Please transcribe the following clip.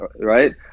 right